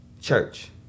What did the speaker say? Church